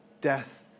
death